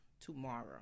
tomorrow